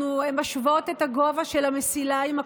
אנחנו משוות את הגובה של המסילה עם הקרונות.